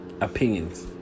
opinions